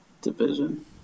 division